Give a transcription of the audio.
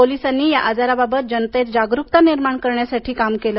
पोलिसांनी या आजाराबाबत जनतेत जागरूकता निर्माण करण्यासाठी काम केलं